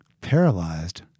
paralyzed